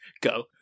go